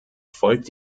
folgt